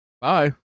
Bye